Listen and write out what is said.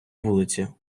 вулиці